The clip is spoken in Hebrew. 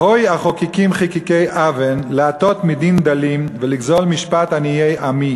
"הוי החקקים חקקי און ומכתבים עמל